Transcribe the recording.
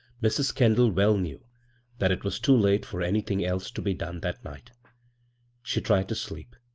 mrs. kendall well knew that it was too late for anything else to be done that night she tried to sleep.